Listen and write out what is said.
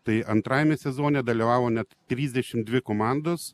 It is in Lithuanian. tai antrajame sezone dalyvavo net trisdešimt dvi komandos